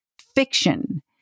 fiction